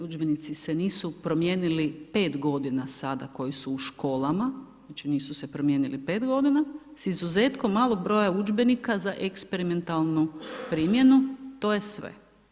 Udžbenici se nisu promijenili 5 g. sada koji su u školama, znači nisu se promijenili 5 g., s izuzetkom malog broja udžbenika za eksperimentalnu primjenu, to je sve.